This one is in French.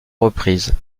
reprises